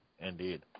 Indeed